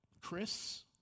Chris